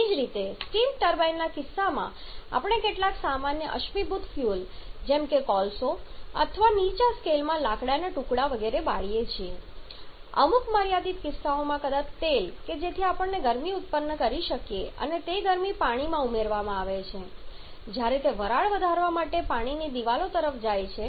તેવી જ રીતે સ્ટીમ ટર્બાઇનના કિસ્સામાં આપણે કેટલાક સામાન્ય અશ્મિભૂત ફ્યુઅલ જેમ કે કોલસો અથવા નીચલા સ્કેલમાં લાકડાના ટુકડા વગેરે બાળીએ છીએ અમુક મર્યાદિત કિસ્સાઓમાં કદાચ તેલ કે જેથી આપણે ગરમી ઉત્પન્ન કરી શકીએ અને તે ગરમી પાણીમાં ઉમેરવામાં આવે છે જ્યારે તે વરાળ વધારવા માટે પાણીની દિવાલો તરફ જાય છે